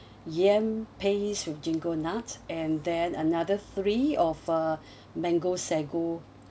yam paste with gingko nuts and then another three of uh mango sago